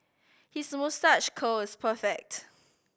his moustache curl is perfect